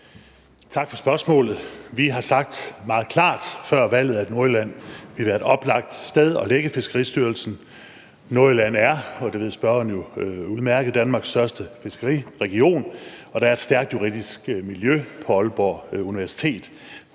Tak for spørgsmålet. Vi har sagt meget klart før valget, at Nordjylland ville være et oplagt sted at lægge Fiskeristyrelsen. Nordjylland er – og det ved spørgeren udmærket – Danmarks største fiskeriregion, og der er et stærkt juridisk miljø på Aalborg Universitet.